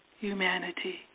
humanity